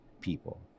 people